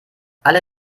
alle